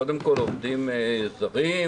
קודם כל עובדים זרים,